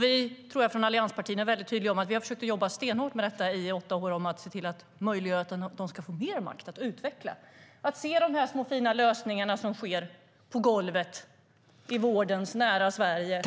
Vi från allianspartierna är väldigt tydliga med att vi har försökt jobba stenhårt med detta i åtta år för att möjliggöra att de ska få mer makt att utveckla de små fina lösningar som sker på golvet i vårdens nära Sverige.